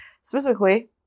specifically